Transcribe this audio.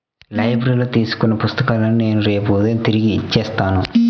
లైబ్రరీలో తీసుకున్న పుస్తకాలను నేను రేపు ఉదయం తిరిగి ఇచ్చేత్తాను